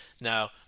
now